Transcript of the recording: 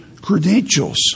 credentials